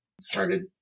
started